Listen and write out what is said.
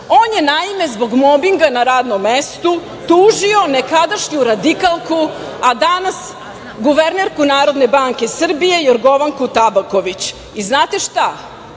On je, naime, zbog mobinga na radnom mestu tužio nekadašnju radikalku, a danas guvernerku Narodne banke Srbije Jorgovanku Tabaković. Znate šta?